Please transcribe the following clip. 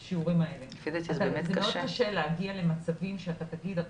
זה מאוד קשה להגיע למצבים שאתה תגיד.